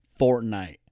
Fortnite